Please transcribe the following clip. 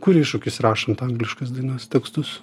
kur iššūkis rašant angliškas dainas tekstus